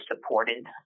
supported